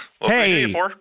hey